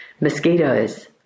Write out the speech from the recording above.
mosquitoes